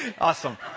Awesome